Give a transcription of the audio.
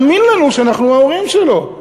למה שהוא יאמין לנו שאנחנו ההורים שלו?